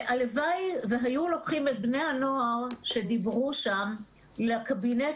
הלוואי והיו לוקחים את בני הנוער שדיברו שם לקבינט